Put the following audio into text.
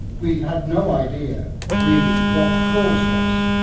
we had no idea really what the cause was.